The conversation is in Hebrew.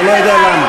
אני לא יודע למה.